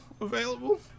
available